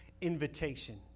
invitation